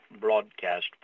broadcast